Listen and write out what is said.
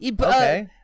Okay